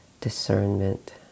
discernment